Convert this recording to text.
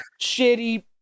shitty